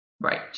Right